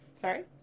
sorry